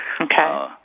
Okay